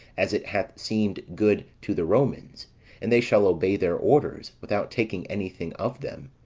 as it hath seemed good to the romans and they shall obey their orders, without taking any thing of them.